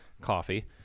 coffee